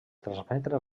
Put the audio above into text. transmetre